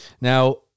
Now